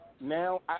now